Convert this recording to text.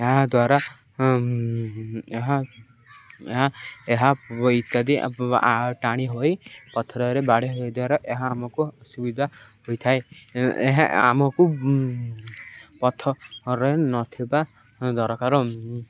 ଏହାଦ୍ୱାରା ଏହା ଏହା ଏହା ଇତ୍ୟାଦି ଟାଣି ହୋଇ ପଥରରେ ବାଡ଼େଇ ହୋଇ ଦ୍ୱାରା ଏହା ଆମକୁ ଅସୁବିଧା ହୋଇଥାଏ ଏହା ଆମକୁ ପଥରେ ନଥିବା ଦରକାର